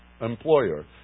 employer